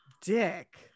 Dick